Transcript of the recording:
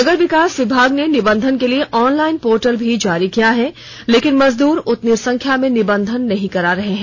नगर विकास विभाग ने निबंधन के लिए ऑनलाइन पोर्टल भी जारी किया है लेकिन मजदूर उतनी संख्या में निबंधन नहीं करा रहे हैं